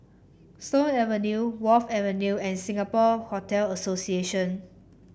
Stone Avenue Wharf Avenue and Singapore Hotel Association